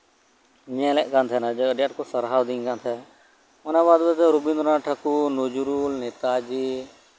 ᱧᱮᱞᱮᱫ ᱠᱟᱱ ᱛᱟᱦᱮᱸᱱᱟ ᱡᱮ ᱟᱹᱰᱤ ᱟᱸᱴ ᱠᱚ ᱥᱟᱨᱦᱟᱣᱤᱫᱤᱧ ᱠᱟᱱ ᱛᱟᱦᱮᱸᱱᱟ ᱚᱱᱟ ᱵᱟᱫ ᱨᱮᱫᱚ ᱨᱚᱵᱤᱱᱫᱨᱚᱱᱟᱛᱷ ᱴᱷᱟᱠᱩᱱ ᱱᱚᱡᱩᱨᱩᱞ ᱱᱮᱛᱟᱡᱤ